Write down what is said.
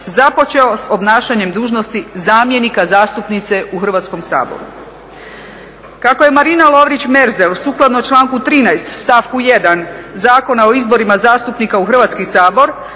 započeo s obnašanjem dužnosti zamjenika zastupnice u Hrvatskom saboru. Kako je Marina Lovrić-Merzel sukladno članku 13. stavku 1. Zakona o izborima zastupnika u Hrvatski sabor